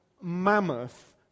mammoth